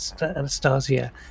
Anastasia